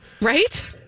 right